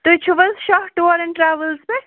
تُہۍ چھُو حظ شاہ ٹُور اینٛڈ ٹرٛاوٕلز پٮ۪ٹھ